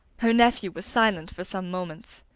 her nephew was silent for some moments.